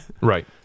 Right